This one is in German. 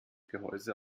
gehäuse